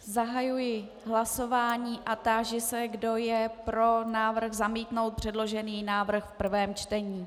Zahajuji hlasování a táži se, kdo je pro návrh zamítnout předložený návrh v prvém čtení.